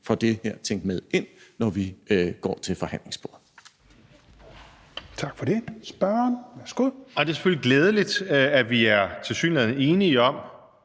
får det her tænkt med ind, når vi går til forhandlingsbordet.